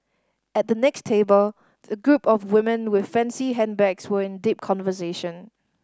at the next table a group of women with fancy handbags were in deep conversation